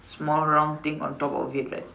small round thing on top of it right